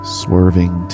swerving